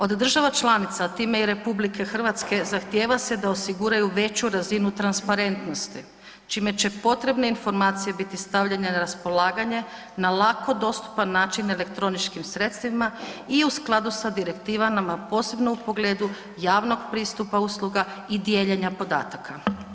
Od država članica, time i RH, zahtijeva se da osiguraju veću razinu transparentnosti čime će potrebne informacije biti stavljanje na raspolaganje na lako dostupan način elektroničkim sredstvima i u skladu sa direktivama, a posebno u pogledu javnog pristupa usluga i dijeljenja podataka.